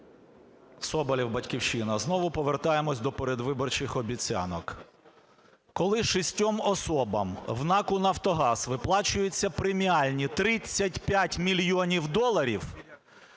Соболєв, "Батьківщина". Знову повертаємося до передвиборчих обіцянок. Коли шістьом особам в НАКу "Нафтогаз" виплачуються преміальні 35 мільйонів доларів…